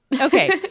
okay